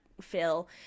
Phil